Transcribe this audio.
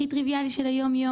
הכי טריוויאלי של היום-יום.